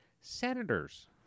senators